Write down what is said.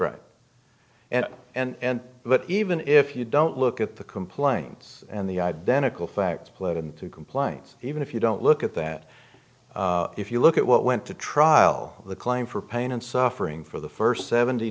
right and and but even if you don't look at the complaints and the identical facts played into complaints even if you don't look at that if you look at what went to trial the claim for pain and suffering for the first seventy